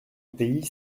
pays